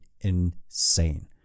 insane